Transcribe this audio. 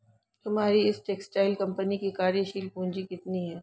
तुम्हारी इस textile company की कार्यशील पूंजी कितनी है?